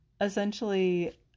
Essentially